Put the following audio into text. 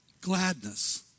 gladness